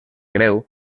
greu